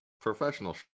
professional